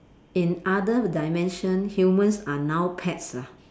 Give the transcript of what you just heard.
in other dimension humans are now pets ah